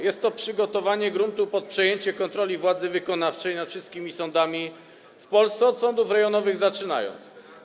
Jest to przygotowanie gruntu pod przejęcie kontroli przez władzę wykonawczą nad wszystkimi sądami w Polsce, od sądów rejonowych zaczynając.